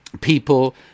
people